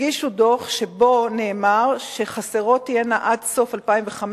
הגישו דוח שבו נאמר ש עד סוף 2015